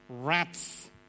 rats